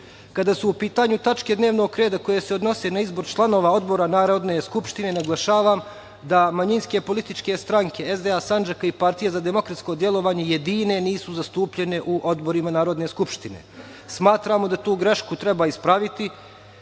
toga. Kada su u pitanju tačke dnevnog reda koje se odnose na izbor članova odbora Narodne skupštine, naglašavam da manjinske političke stranke, SDA Sandžaka i Partija za demokratsko delovanje jedine nisu zastupljene u odborima Narodne skupštine. Smatramo da tu grešku treba ispraviti. Potrebno